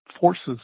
forces